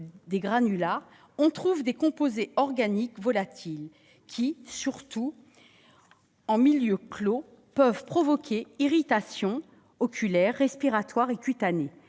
des granulats, on trouve des composés organiques volatils qui, surtout en milieu clos, peuvent provoquer irritations oculaires, respiratoires et cutanées.